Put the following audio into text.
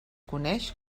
coneix